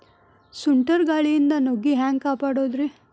ಸುಂಟರ್ ಗಾಳಿಯಿಂದ ನುಗ್ಗಿ ಹ್ಯಾಂಗ ಕಾಪಡೊದ್ರೇ?